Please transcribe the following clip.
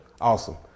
Awesome